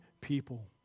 people